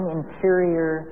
interior